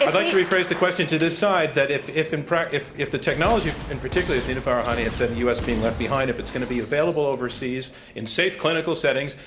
i'd like to rephrase the question to this side, that if if in if if the technology in particular, as nita farahany had said in the u. s. being left behind, if it's going to be available overseas in safe clinical settings,